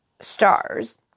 Stars